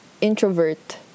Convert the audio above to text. introvert